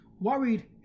worried